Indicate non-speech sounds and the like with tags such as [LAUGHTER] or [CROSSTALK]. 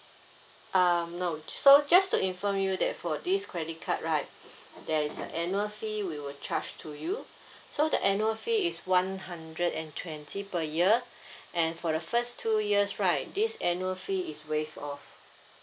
uh no so just to inform you that for this credit card right [BREATH] there is an annual fee we would charge to you so the annual fee is one hundred and twenty per year [BREATH] and for the first two years right this annual fee is waived off